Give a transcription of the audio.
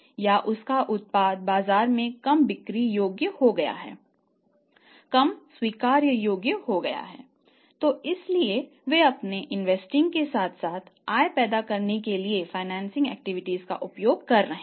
यदि इन्वेस्टिंग और financing activities का उपयोग कर रहे हैं